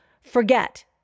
forget